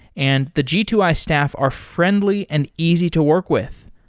and the g two i staff are friendly and easy to work with.